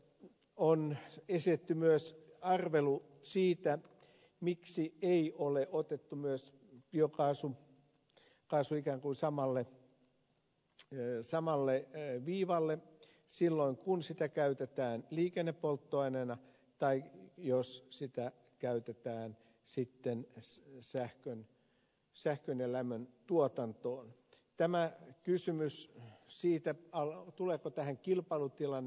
on esitetty myös arvelu siitä miksi ei ole otettu myös biokaasua ikään kuin samalle viivalle silloin kun sitä käytetään liikennepolttoaineena tai jos sitä käytetään sitten sähkön ja lämmön tuotantoon tämä kysymys siitä tuleeko tähän kilpailutilanne